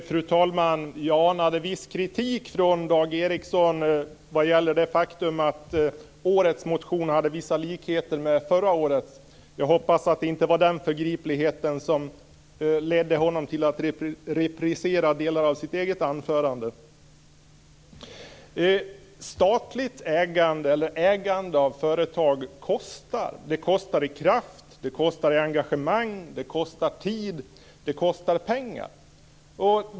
Fru talman! Jag anade viss kritik från Dag Ericson vad gäller det faktum att årets motion har vissa likheter med förra årets. Jag hoppas att det inte var den förgripligheten som ledde honom till att reprisera delar av sitt eget anförande. Statligt ägande eller ägande av företag kostar. Det kostar i kraft, det kostar i engagemang, det kostar tid och det kostar pengar.